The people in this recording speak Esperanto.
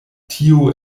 tio